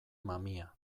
mamia